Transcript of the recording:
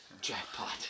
Jackpot